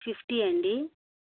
fifty అండి